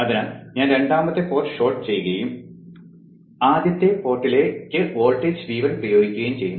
അതിനാൽ ഞാൻ രണ്ടാമത്തെ പോർട്ട് ഷോർട്ട് ചെയ്യുകയും ആദ്യത്തെ പോർട്ടിലേക്ക് വോൾട്ടേജ് V1 പ്രയോഗിക്കുകയും ചെയ്യുന്നു